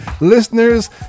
Listeners